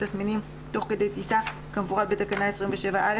תסמינים תוך כדי טיסה כמפורט בתקנה 27(א),